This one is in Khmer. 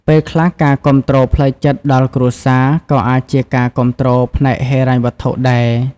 ពេលខ្លះការគាំទ្រផ្លូវចិត្តដល់គ្រួសារ ក៏អាចជាការគាំទ្រផ្នែកហិរញ្ញវត្ថុដែរ។